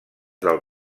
del